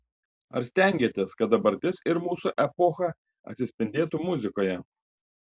ar stengiatės kad dabartis ir mūsų epocha atsispindėtų muzikoje